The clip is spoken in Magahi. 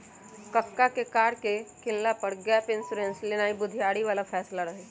कक्का के कार के किनला पर गैप इंश्योरेंस लेनाइ बुधियारी बला फैसला रहइ